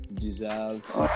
deserves